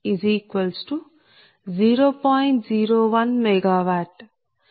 01 MW